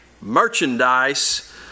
merchandise